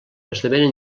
esdevenen